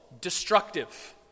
destructive